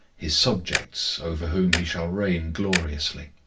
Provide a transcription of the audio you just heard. his subjects, over whom he shall reign gloriously.